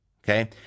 Okay